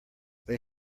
they